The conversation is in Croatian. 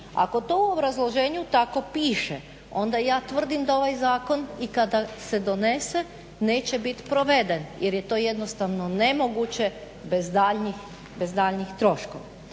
Ako to u obrazloženju tako piše, onda ja tvrdim da ovaj zakon i kada se donese neće biti proveden, jer je to jednostavno nemoguće bez daljnjih troškova.